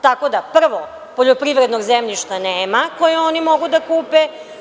Tako da, prvo, poljoprivrednog zemljišta nema koje oni mogu da kupe.